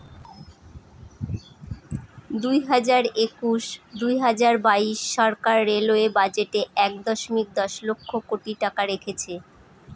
দুই হাজার একুশ দুই হাজার বাইশ সরকার রেলওয়ে বাজেটে এক দশমিক দশ লক্ষ কোটি টাকা রেখেছে